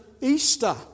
Easter